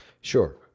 Sure